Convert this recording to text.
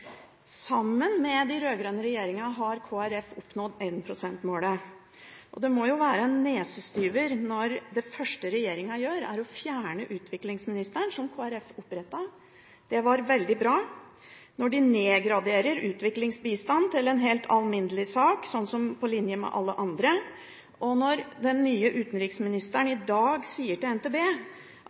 Sammen med den rød-grønne regjeringen har Kristelig Folkeparti oppnådd 1 pst.-målet. Det må jo være en nesestyver når det første regjeringen gjør, er å fjerne utviklingsministeren som Kristelig Folkeparti opprettet. Det var veldig bra at de gjorde det. Regjeringen nedgraderer nå utviklingsbistand til en helt alminnelig sak, helt på linje med alle andre, og den nye utenriksministeren sier i dag til NTB